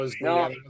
No